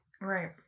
right